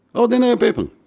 ordinary people.